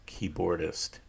keyboardist